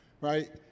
right